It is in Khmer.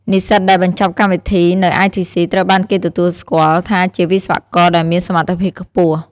និស្សិតដែលបញ្ចប់កម្មវិធីនៅITC ត្រូវបានគេទទួលស្គាល់ថាជាវិស្វករដែលមានសមត្ថភាពខ្ពស់។